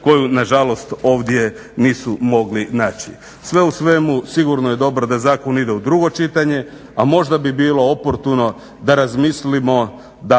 koju na žalost ovdje nisu mogli naći. Sve u svemu, sigurno je dobro da zakon ide u drugo čitanje, a možda bi bilo oportuno da razmislimo da